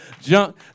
junk